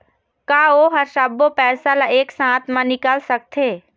का ओ हर सब्बो पैसा ला एक साथ म निकल सकथे?